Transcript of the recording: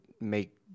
make